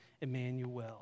Emmanuel